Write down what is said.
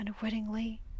unwittingly